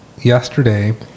yesterday